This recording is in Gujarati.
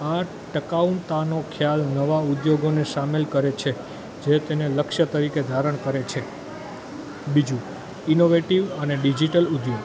આ ટકાઉતાનો ખ્યાલ નવા ઉદ્યોગોને સામેલ કરે છે જે તેને લક્ષ્ય તરીકે ધારણ કરે છે બીજું ઇનોવેટિવ અને ડિજિટલ ઉદ્યોગ